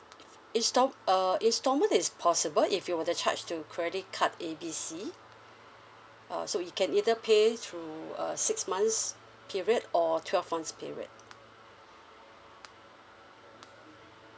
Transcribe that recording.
instal~ uh installment is possible if you were to charge to your credit card A B C uh so you can either pay through uh six months period or twelve months period